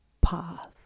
path